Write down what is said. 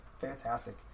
fantastic